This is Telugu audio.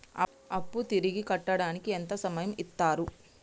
అప్పు తిరిగి కట్టడానికి ఎంత సమయం ఇత్తరు?